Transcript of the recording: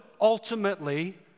ultimately